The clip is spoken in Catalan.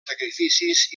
sacrificis